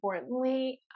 importantly